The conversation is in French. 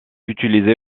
utilisée